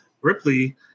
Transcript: Ripley